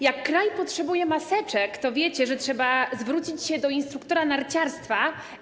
Jak kraj potrzebuje maseczek, to wiecie, że trzeba zwrócić się do instruktora narciarstwa.